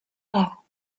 law